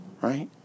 right